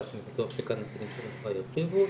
שאני בטוח שכאן הנציגים שלהם ירחיבו.